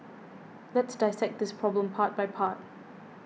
let's dissect this problem part by part